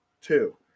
two